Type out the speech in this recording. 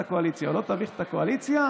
הקואליציה או לא תביך את הקואליציה.